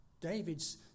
David's